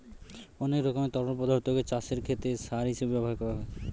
অনেক ধরনের তরল পদার্থকে চাষের ক্ষেতে সার হিসেবে ব্যবহার করা যায়